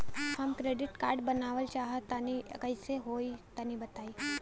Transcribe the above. हम credit card बनवावल चाह तनि कइसे होई तनि बताई?